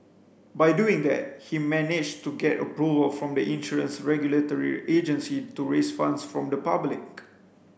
by doing that he managed to get approval from the insurance regulatory agency to raise funds from the public